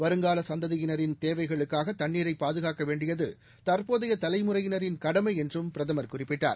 வருங்காலசந்ததியினரின் தேவைகளுக்காகதண்ணீரைபாதுகாக்கவேண்டியதுதற்போதையதலைமுறையினரின் கடமைஎன்றும் பிரதமர் குறிப்பிட்டார்